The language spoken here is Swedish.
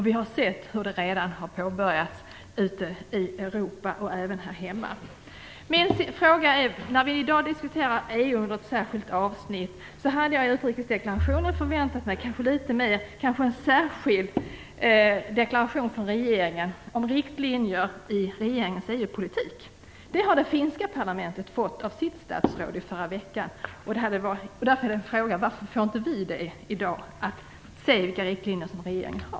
Vi har sett hur detta redan har börjat ute i Europa, och även här hemma. I dag diskuterar vi EU under ett särskilt avsnitt. Då hade jag kanske i utrikesdeklarationen förväntat mig en särskild deklaration från regeringen om riktlinjer i regeringens EU-politik. Det har det finska parlamentet fått av sitt statsråd i förra veckan. Därför vill jag fråga: Varför får inte vi i dag se vilka riktlinjer som regeringen har?